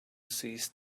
seized